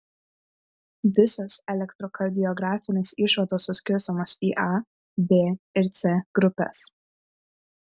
visos elektrokardiografinės išvados suskirstomos į a b ir c grupes